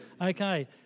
Okay